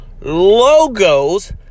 logos